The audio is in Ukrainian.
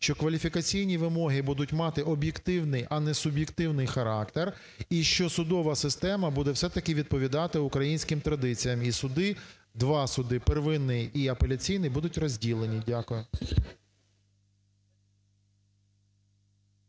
що кваліфікаційні вимоги будуть мати об'єктивний, а не суб'єктивний характер і, що судова система буде все-таки відповідати українським традиціям і суди, два суди: первинний і апеляційний – будуть розділені. Дякую.